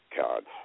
cards